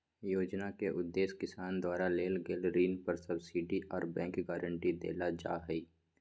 योजना के उदेश्य किसान द्वारा लेल गेल ऋण पर सब्सिडी आर बैंक गारंटी देल जा हई